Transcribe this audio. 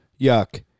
Yuck